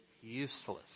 useless